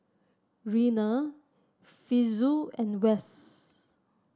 Reyna Fitzhugh and Wes